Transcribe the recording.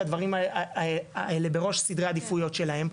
הדברים האלה בראש סדרי העדיפויות שלהם,